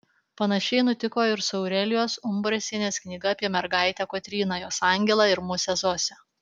panašiai nutiko ir su aurelijos umbrasienės knyga apie mergaitę kotryną jos angelą ir musę zosę